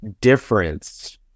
difference